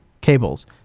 cables